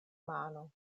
mano